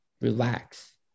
relax